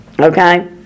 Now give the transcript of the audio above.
Okay